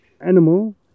animal